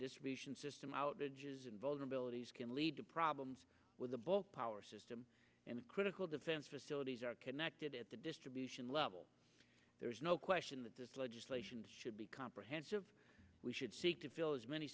distribution system out there vulnerabilities can lead to problems with the power system and critical defense facilities are connected at the distribution level there is no question that this legislation should be comprehensive we should seek to feel as many